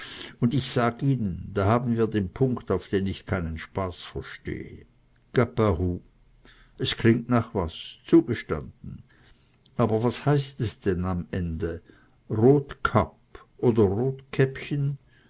und ich sag ihnen da haben wir den punkt auf dem ich keinen spaß verstehe caparoux es klingt nach was zugestanden aber was heißt es denn am ende rotkapp oder rotkäppchen